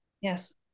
Yes